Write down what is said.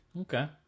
Okay